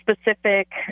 specific